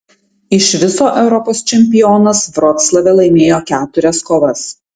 iš viso europos čempionas vroclave laimėjo keturias kovas